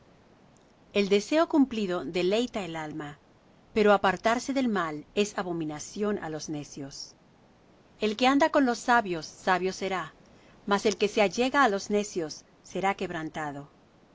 el deseo cumplido deleita el alma pero apartarse del mal es abominación á los necios el que anda con los sabios sabio será mas el que se allega á los necios será quebrantado